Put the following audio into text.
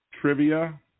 trivia